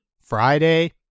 Friday